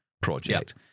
project